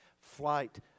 flight